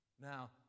Now